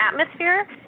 atmosphere